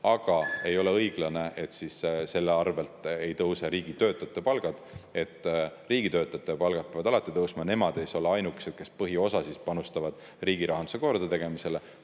aga ei ole õiglane, et selle tõttu ei tõuse riigitöötajate palgad. Riigitöötajate palgad peavad alati tõusma. Nemad ei saa olla ainukesed, kes põhiosas panustavad riigi rahanduse kordategemisse.